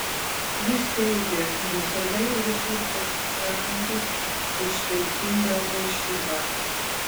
jis teigia visada ir visur pasisakantis už saikingą puošybą